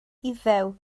iddew